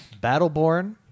battleborn